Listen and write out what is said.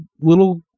little